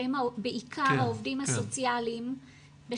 שהם בעיקר העובדים הסוציאליים,